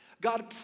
God